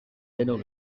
denok